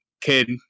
kid